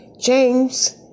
James